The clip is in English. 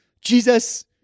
Jesus